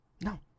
No